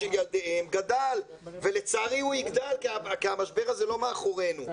של ילדיהם גדל ולצערי הוא יגדל כי המשבר הזה לא מאחורינו.